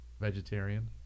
Vegetarian